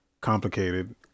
complicated